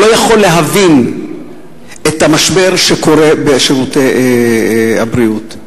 הוא לא יכול להבין את המשבר בשירותי הבריאות.